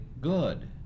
good